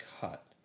cut